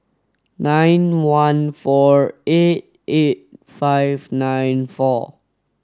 nine one four eight eight five nine four